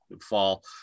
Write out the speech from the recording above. fall